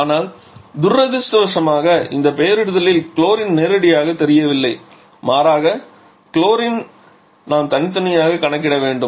ஆனால் துரதிர்ஷ்டவசமாக இந்த பெயரிடுதலில் குளோரின் நேரடியாகத் தெரியவில்லை மாறாக குளோரின் நாம் தனித்தனியாக கணக்கிட வேண்டும்